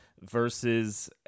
versus